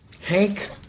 Hank